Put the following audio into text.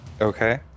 Okay